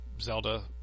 Zelda